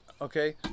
Okay